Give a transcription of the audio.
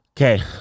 Okay